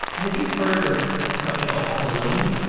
have you heard of a company called pulumi?